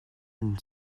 une